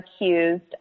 accused